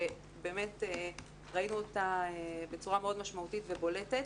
שבאמת ראינו אותה בצורה מאוד משמעותית ובולטת